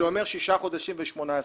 שאומר שישה חודשים ו-18 חודשים.